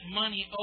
money